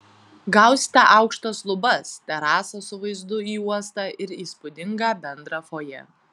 gausite aukštas lubas terasą su vaizdu į uostą ir įspūdingą bendrą fojė